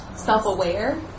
self-aware